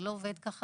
זה לא עובד כך.